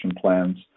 plans